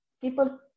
people